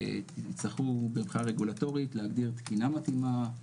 יצטרכו מבחינה רגולטורית להגדיר תקינה מתאימה,